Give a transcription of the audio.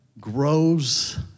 grows